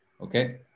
okay